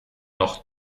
noch